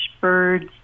birds